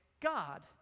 God